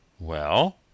Well